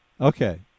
Okay